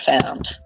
found